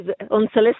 unsolicited